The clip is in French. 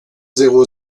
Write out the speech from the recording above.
zéro